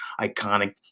iconic